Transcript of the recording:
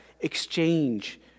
exchange